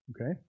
okay